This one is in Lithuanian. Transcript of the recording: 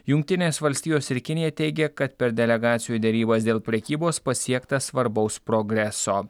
jungtinės valstijos ir kinija teigia kad per delegacijų derybas dėl prekybos pasiekta svarbaus progreso